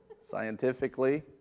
Scientifically